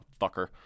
fucker